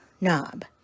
knob